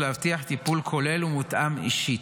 ולהבטיח טיפול כולל ומותאם אישית.